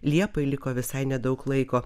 liepai liko visai nedaug laiko